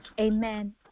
Amen